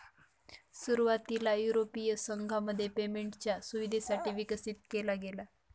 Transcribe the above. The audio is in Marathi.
सुरुवातीला युरोपीय संघामध्ये पेमेंटच्या सुविधेसाठी विकसित केला गेला